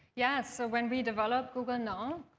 yeah. so when we developed google now,